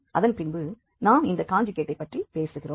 அதன்பின்பு நாம் இந்த காஞ்சுகேட்டை பற்றி பேசுகிறோம்